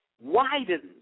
Widens